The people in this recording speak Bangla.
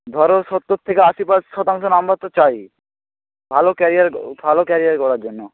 ধরো সত্তর থেকে আশি পার শতাংশ নাম্বার তো চাইই ভালো ক্যারিয়ার গও ভালো ক্যারিয়ার গড়ার জন্য